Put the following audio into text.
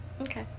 Okay